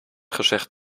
gezegd